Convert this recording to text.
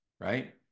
right